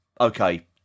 okay